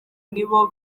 nibo